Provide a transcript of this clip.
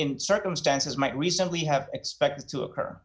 in circumstances might reasonably have expected to occur